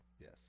Yes